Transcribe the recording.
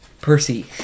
Percy